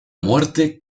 muerte